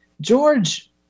George